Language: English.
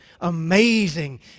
amazing